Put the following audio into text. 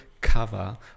cover